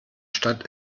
stadt